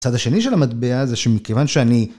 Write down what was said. הצד השני של המטבע זה שמכיוון שאני...